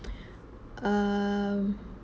um